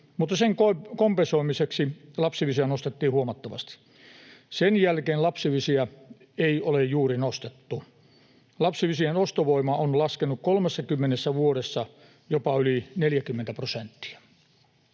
mutta sen kompensoimiseksi lapsilisiä nostettiin huomattavasti. Sen jälkeen lapsilisiä ei ole juuri nostettu. Lapsilisien ostovoima on laskenut 30 vuodessa jopa yli 40 prosenttia.